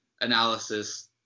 analysis